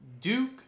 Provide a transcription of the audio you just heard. Duke